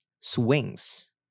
swings